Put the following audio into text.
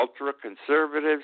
ultra-conservatives